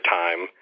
time